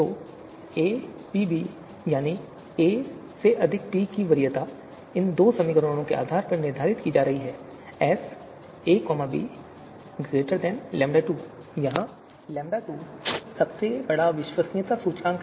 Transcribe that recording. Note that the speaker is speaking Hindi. तो aPb यानी a से अधिक b की वरीयता इन दो समीकरणों के आधार पर निर्धारित की जा रही है जहां λ2 यहां सबसे बड़ा विश्वसनीयता सूचकांक है